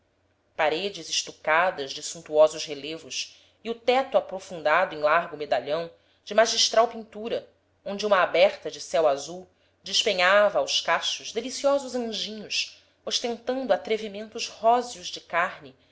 paredes estucadas de suntuosos relevos e o teto aprofundado em largo medalhão de magistral pintura onde uma aberta de céu azul despenhava aos cachos deliciosos anjinhos ostentando atrevimentos róseos de carne